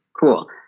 Cool